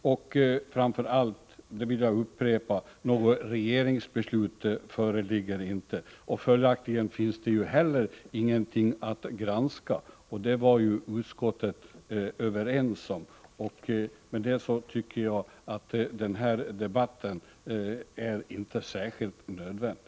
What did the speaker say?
Och framför allt föreligger det inte — det vill jag upprepa — något regeringsbeslut. Följaktligen finns det heller inget att granska, vilket utskottet var överens om. Därför tycker jag inte att denna debatt är särskilt nödvändig.